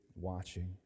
watching